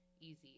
easy